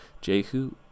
Jehu